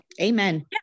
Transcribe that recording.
Amen